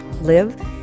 live